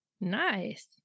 Nice